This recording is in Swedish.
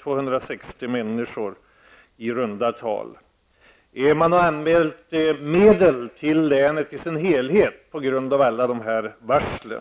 260 människor. Man har anmält medel till länet i sin helhet på grund av alla dessa varsel.